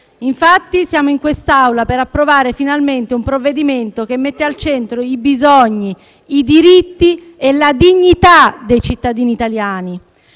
Infatti siamo in quest'Aula per approvare finalmente un provvedimento che mette al centro i bisogni, i diritti e la dignità dei cittadini italiani.